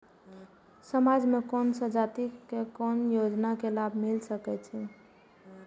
समाज में कोन सा जाति के कोन योजना के लाभ मिल सके छै?